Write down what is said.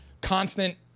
constant